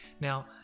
now